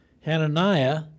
Hananiah